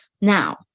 Now